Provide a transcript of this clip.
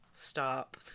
stop